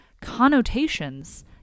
connotations